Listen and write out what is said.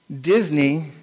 Disney